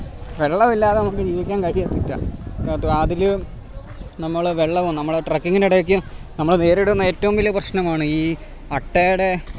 വെള്ളം ഇല്ലാതെ നമുക്ക് ജീവിക്കാൻ കഴിയത്തില്ല മറ്റെ അതിൽ നമ്മൾ വെള്ളമോ നമ്മൾ ട്രക്കിങ്ങിൻ്റെ ഇടയ്ക്ക് നമ്മൾ നേരിടുന്ന ഏറ്റവും വലിയ പ്രശ്നമാണ് ഈ അട്ടയുടെ